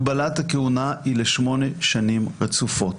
הגבלת הכהונה היא ל-8 שנים רצופות